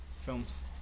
films